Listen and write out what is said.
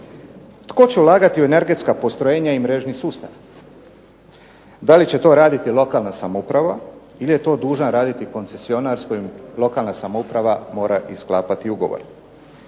Tko će ulagati u mrežna postrojenja i mrežni sustav? Da li će to raditi lokalna samouprava ili je to dužna raditi koncesionar s kojim lokalna samouprava mora i sklapati ugovor?